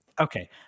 Okay